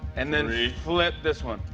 and then flip this one.